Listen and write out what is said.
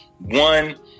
One